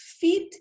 fit